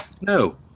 No